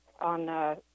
on